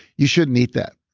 you shouldn't eat that.